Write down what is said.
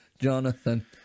jonathan